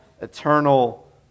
eternal